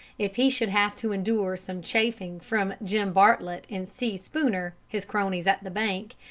if he should have to endure some chaffing from jim bartlett and si spooner, his cronies at the bank,